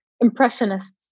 impressionists